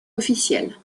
officielle